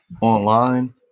online